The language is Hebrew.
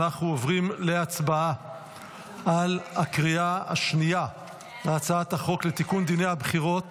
אנחנו עוברים להצבעה בקריאה השנייה על הצעת חוק לתיקון דיני הבחירות